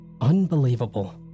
Unbelievable